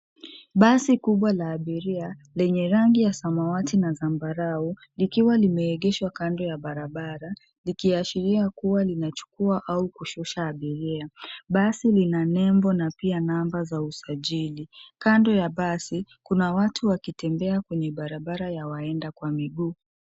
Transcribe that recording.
Bai kubwa la abiria lenye rangi ya samawati na zambarau likiwa limeegeshwa kando ya barabara likiashiria kuwa linachukua au kushusha abiria. Basi lina nembo na pia namba za usajili. Kando ya basi kuna watu wakitembea kwenye barabara ya waenda kwa miguu.